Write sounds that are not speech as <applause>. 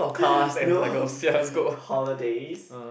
<laughs> no <laughs> holidays